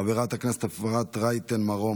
חברת הכנסת אפרת רייטן מרום,